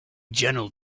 gentle